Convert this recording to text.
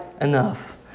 enough